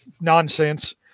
nonsense